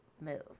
move